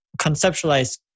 conceptualize